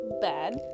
Bad